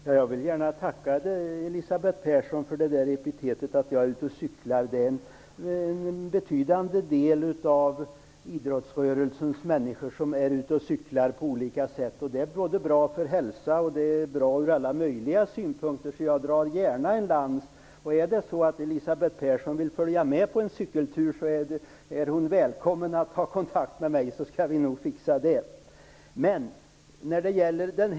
Herr talman! Jag vill tacka Elisabeth Persson för att hon gav mig ett epitet och påstod att jag är ute och cyklar. En betydande del av idrottsrörelsens folk är ute och cyklar på olika sätt. Det är bra för hälsan och från alla möjliga synpunkter. Jag drar gärna en lans för cykling. Om Elisabeth Persson vill följa med på en cykeltur så är hon välkommen att ta kontakt med mig så att vi kan ordna det.